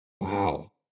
Wow